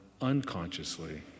unconsciously